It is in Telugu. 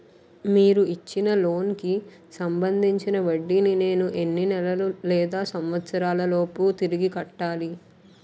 మీరు ఇచ్చిన లోన్ కి సంబందించిన వడ్డీని నేను ఎన్ని నెలలు లేదా సంవత్సరాలలోపు తిరిగి కట్టాలి?